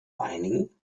einigen